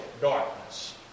darkness